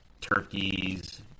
turkeys